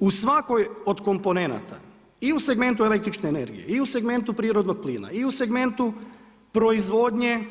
U svakoj od komponenata, i u segmentu električne energije i u segmentu prirodnog plina i u segmentu proizvodnje